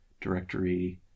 Directory